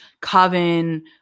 coven